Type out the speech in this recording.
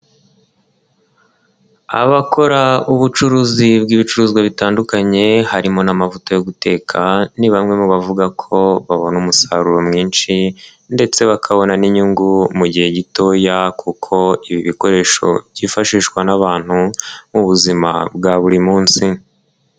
Abakora ubucuruzi bw'ibicuruzwa bitandukanye harimo n'amavuta yo guteka ni bamwe mu bavuga ko babona umusaruro mwinshi ndetse bakabona n'inyungu mu gihe gitoya kuko ibi bikoresho byifashishwa n'abantu mu buzima bwa buri munsi.